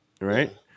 Right